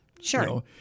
Sure